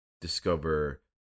discover